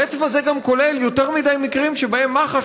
הרצף הזה זה גם כולל יותר מדי מקרים שבהם מח"ש